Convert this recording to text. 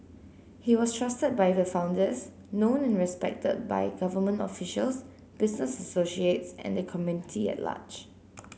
he was trusted by the founders known and respected by government officials business associates and the community at large